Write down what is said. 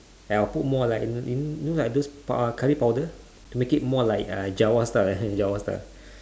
and I will put more like you know like those pow~ curry powder to make it more like uh java style java style